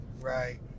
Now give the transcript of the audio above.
right